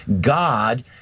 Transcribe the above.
God